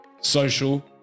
social